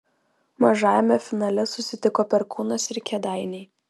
mažajame finale susitiko perkūnas ir kėdainiai